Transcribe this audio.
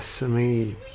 Sesame